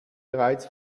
bereits